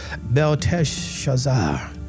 Belteshazzar